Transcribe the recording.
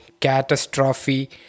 catastrophe